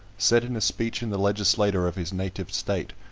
said in a speech in the legislature of his native state,